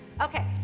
Okay